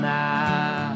now